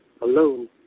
alone